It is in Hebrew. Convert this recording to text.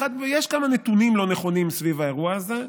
יש כמה נתונים לא נכונים סביב האירוע הזה.